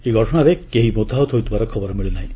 ଏହି ଘଟଣାରେ କେହି ମୃତାହତ ହୋଇଥିବାର ଖବର ମିଳିନାହିଁ